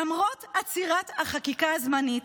למרות עצירת החקיקה הזמנית,